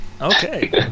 Okay